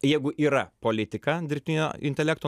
jeigu yra politika dirbtinio intelekto